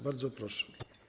Bardzo proszę.